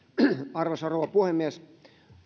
arvoisa rouva puhemies